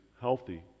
healthy